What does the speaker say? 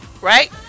right